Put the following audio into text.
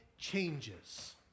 changes